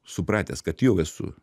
supratęs kad jau esu